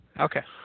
Okay